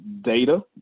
data